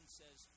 says